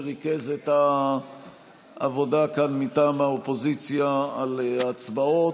שריכז את העבודה כאן מטעם האופוזיציה על ההצבעות.